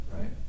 right